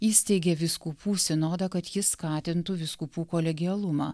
įsteigė vyskupų sinodą kad jis skatintų vyskupų kolegialumą